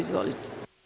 Izvolite.